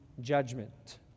judgment